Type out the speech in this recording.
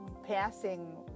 passing